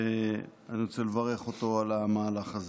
ואני רוצה לברך אותו על המהלך הזה.